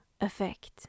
effect